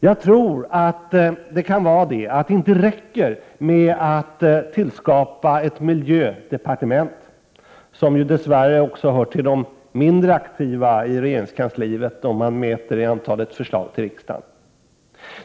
Jag tror inte att det räcker med att skapa ett miljödepartement, som dess värre hör till de mindre aktiva i regeringskansliet, om man mäter i antalet förslag till riksdagen.